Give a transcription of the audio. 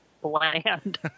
bland